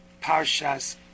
Parshas